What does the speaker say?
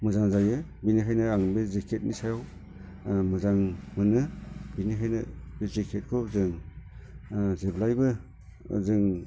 मोजां जायो बेनिखायनो आं बे जेकेटनि सायाव मोजां मोनो बिनिखायनो जेकेटखौ जों जेब्लायबो जों